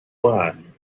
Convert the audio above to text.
one